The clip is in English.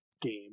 game